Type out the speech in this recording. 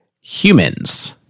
humans